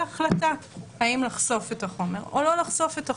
החלטה האם לחשוף את החומר או לא לחשוף את החומר.